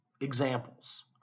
examples